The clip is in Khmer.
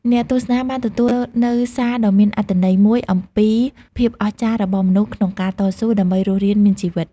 អ្នកទស្សនាបានទទួលនូវសារដ៏មានអត្ថន័យមួយអំពីភាពអស្ចារ្យរបស់មនុស្សក្នុងការតស៊ូដើម្បីរស់រានមានជីវិត។